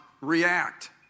react